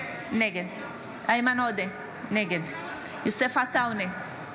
נגד איימן עודה, נגד יוסף עטאונה,